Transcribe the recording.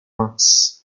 max